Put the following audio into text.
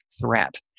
threat